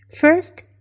First